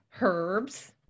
herbs